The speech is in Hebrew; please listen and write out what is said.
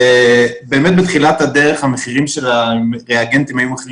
באמת בתחילת הדרך המחירים של ריאגנטים היו מחירים